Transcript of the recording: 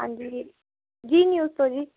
ਹਾਂਜੀ ਜੀ ਜੀ ਨਿਊਜ ਤੋਂ ਜੀ